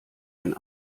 ein